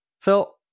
Phil